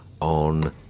on